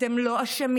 אתם לא אשמים,